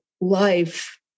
life